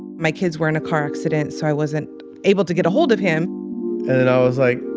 and my kids were in a car accident, so i wasn't able to get ahold of him and i was like,